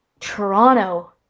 Toronto